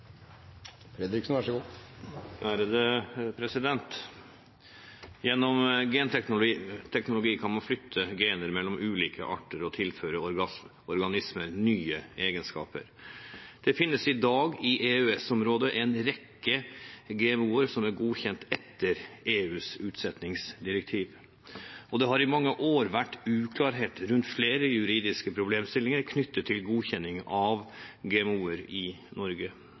Gjennom genteknologi kan man flytte gener mellom ulike arter og tilføre organismer nye egenskaper. Det finnes i dag i EØS-området en rekke GMO-er som er godkjent etter EUs utsettingsdirektiv, og det har i mange år vært uklarhet rundt flere juridiske problemstillinger knyttet til godkjenning av GMO-er i Norge.